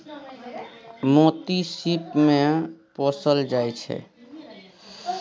मोती सिप मे पोसल जाइ छै